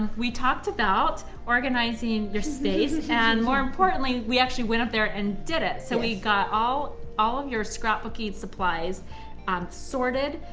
we talked about organizing your space, and more importantly, we actually went up there and did it, so we got all all of your scrapbooking supplies um sorted,